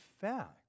fact